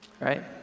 right